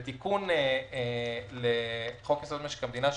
תיקון לחוק יסוד: משק המדינה,